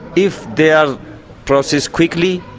if they are processed quickly,